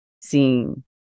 seeing